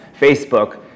Facebook